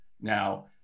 now